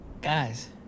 Guys